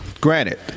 granted